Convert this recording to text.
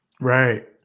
Right